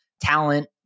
talent